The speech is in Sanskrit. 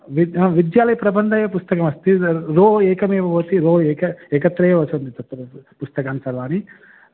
विद् हा विद्यालयप्रबन्धः एव पुस्तकमस्ति तत् रो एकमेव भवति रो एक एकत्रैव सन्ति तत्र पुस्तकानि सर्वाणि